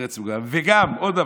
ועוד דבר: